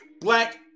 black